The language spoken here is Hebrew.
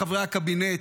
חברי הקבינט,